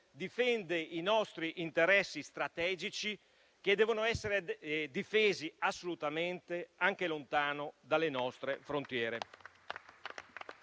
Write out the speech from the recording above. difende i nostri interessi strategici, che devono essere difesi assolutamente anche lontano dalle nostre frontiere.